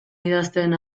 idazten